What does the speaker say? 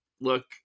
Look